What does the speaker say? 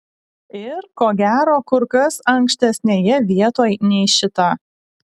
ir ko gero kur kas ankštesnėje vietoj nei šita